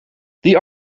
die